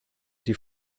die